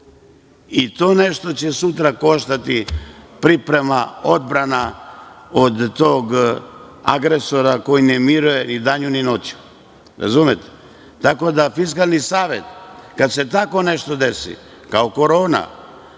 to nešto će sutra koštati, priprema, odbrana od tog agresora koji ne miruje ni danju, ni noću. Razumete? Tako da, Fiskalni savet, kada se tako nešto desi, kao što